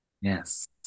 Yes